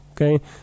okay